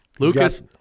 Lucas